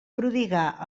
prodigà